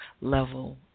level